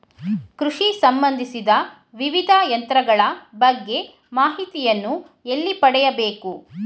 ಕೃಷಿ ಸಂಬಂದಿಸಿದ ವಿವಿಧ ಯಂತ್ರಗಳ ಬಗ್ಗೆ ಮಾಹಿತಿಯನ್ನು ಎಲ್ಲಿ ಪಡೆಯಬೇಕು?